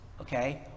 okay